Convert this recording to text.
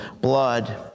blood